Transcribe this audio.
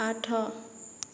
ଆଠ